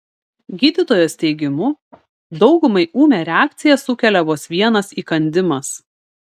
gydytojos teigimu daugumai ūmią reakciją sukelia vos vienas įkandimas